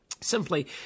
Simply